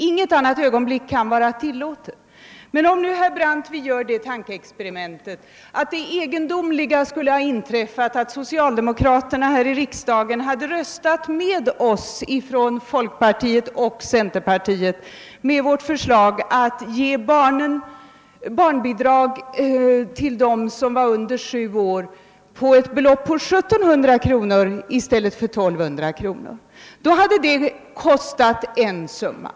Ingen annan tidpunkt är tillåten. Men gör det tankeexperimentet, herr Brandt, att det egendomliga inträffat att socialdemokraterna här i riksdagen röstat bifall till folkpartiets och centerns förslag om barnbidrag på 1700 i stället för 1200 kr. för dem som är under sju år. Då hade det kostat en summa.